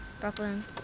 Brooklyn